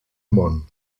món